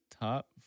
top